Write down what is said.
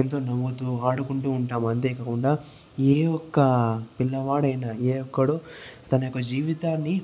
ఎంతో నవ్వుతూ ఆడుకుంటూ ఉంటాం అంతే కాకుండా ఏ ఒక్క పిల్లవాడైన ఏ ఒక్కడు తన యొక్క జీవితాన్ని